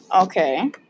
Okay